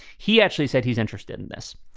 he actually said he's interested in this.